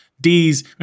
D's